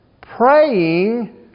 praying